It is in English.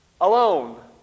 Alone